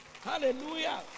Hallelujah